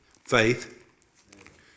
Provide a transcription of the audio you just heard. Faith